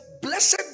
Blessed